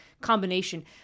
combination